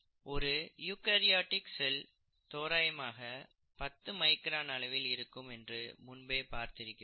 ஒரு eukaryotic cell தோராயமாக 10 micron அளவில் இருக்கும் என்று முன்பே பார்த்தோம்